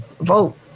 Vote